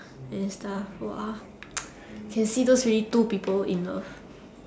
and stuff !wah! can see those really two people in love